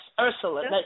Ursula